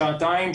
שעתיים,